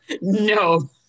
No